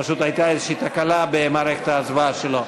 פשוט הייתה איזו תקלה במערכת ההצבעה שלו.